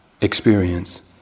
experience